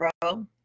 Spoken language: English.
bro